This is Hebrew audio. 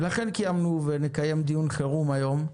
לכן קיימנו ונקיים דיון חירום היום,